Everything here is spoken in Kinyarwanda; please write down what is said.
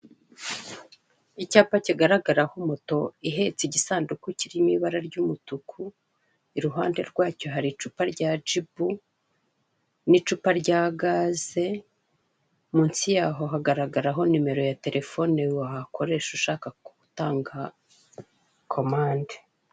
Icyapa kigaragara ku moto ihetse igisanduku kiri mu ibara ry'umutuku, i ruhande rwacyo hari icupa rya jibu n'icupa rya gaze, munsi yaho hagaragaraho nimero ya telefone wakoresha ushaka gutanga komande.